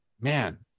man